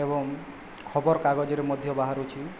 ଏବଂ ଖବର କାଗଜରେ ମଧ୍ୟ ବାହାରୁଛି